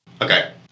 Okay